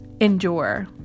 Endure